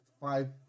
five